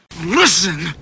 listen